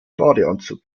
badeanzug